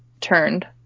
turned